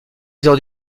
heures